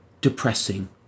depressing